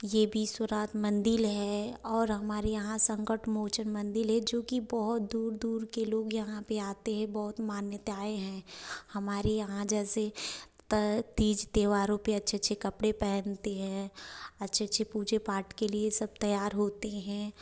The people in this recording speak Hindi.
ये विश्वनाथ मंदिर है और हमारे यह संकट मोचन मंदिर है जो की बहुत दूर दूर के लोग यहाँ पे आते हैं बहुत मान्यताएं हैं हमारे यहाँ जैसे तीज त्योहारों पे अच्छे अच्छे कपड़े पहनते अच्छे अच्छे पूजा पाठ के लिया सब तैयार होते हैं